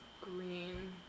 green